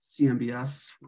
CMBS